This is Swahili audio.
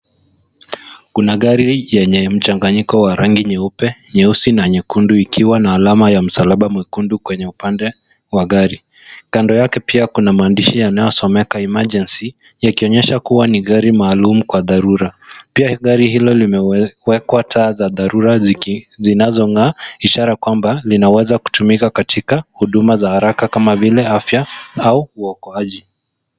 Kuna gari yenye mchanganyiko wa rangi nyeupe, nyeusi na nyekundu ikiwa na alama ya msalaba mwekundu kwenye upande wa gari. Kando yake pia kuna maandishi yanayosomeka Emergency , yakionyesha kuwa ni gari maalum kwa dharura. Pia gari hilo limewekwa taa za dharura ziki, zinazong'aa ishara kwamba linaweza kutumika katika huduma za haraka kama vile afya au uokoaji.